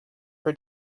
for